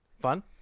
Fun